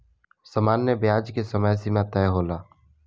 सामान्य ब्याज के समय सीमा तय होला